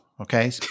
Okay